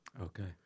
Okay